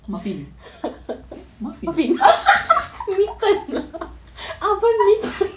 muffin eh muffin